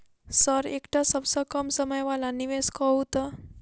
Sir एकटा सबसँ कम समय वला निवेश कहु तऽ?